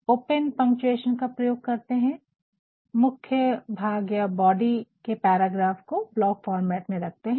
open punctuation का प्रयोग करते है और मुख भाग या बॉडी के पैराग्राफ को ब्लॉक फॉर्मेट में रखते है